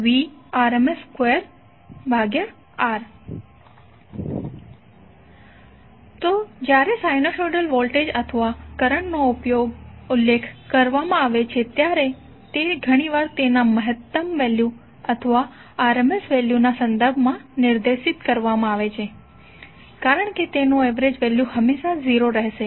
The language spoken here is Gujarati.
તો જ્યારે સાઈનુસોઇડલ વોલ્ટેજ અથવા કરંટનો ઉલ્લેખ કરવામાં આવે છે ત્યારે તે ઘણીવાર તેના મહત્તમ વેલ્યુ અથવા RMS વેલ્યુના સંદર્ભમાં નિર્દેશિત કરવામાં આવે છે કારણ કે તેનું એવરેજ વેલ્યુ હંમેશાં 0 રહેશે